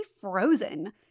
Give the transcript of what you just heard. frozen